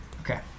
Okay